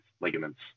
ligaments